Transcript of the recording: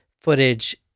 footage